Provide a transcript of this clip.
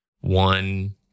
one